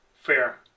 fair